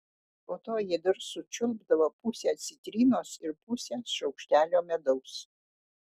po to ji dar sučiulpdavo pusę citrinos ir pusę šaukštelio medaus